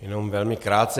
Jenom velmi krátce.